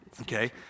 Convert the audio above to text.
Okay